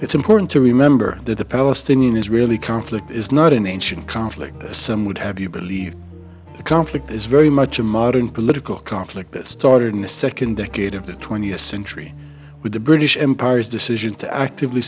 it's important to remember that the palestinian israeli conflict is not an ancient conflict some would have you believe the conflict is very much a modern political conflict that started in the second decade of the twentieth century with the british empire as decision to actively